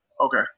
Okay